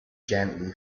gently